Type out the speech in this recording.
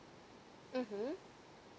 mmhmm